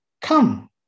Come